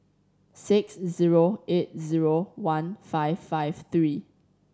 six zero eight zero one five five three